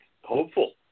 hopeful